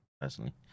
personally